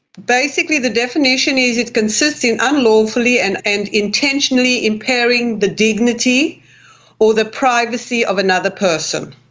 basically the definition is it consists in unlawfully and and intentionally impairing the dignity or the privacy of another person.